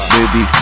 Baby